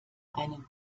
einen